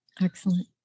Excellent